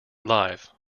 live